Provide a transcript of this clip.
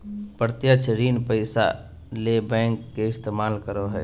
प्रत्यक्ष ऋण पैसा ले बैंक के इस्तमाल करो हइ